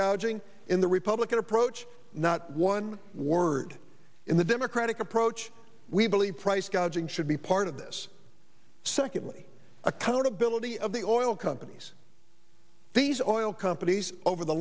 gouging in the republican approach not one word in the democratic approach we've early price gouging should be part of this secondly accountability of the oil companies these oil companies over the